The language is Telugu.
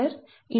D132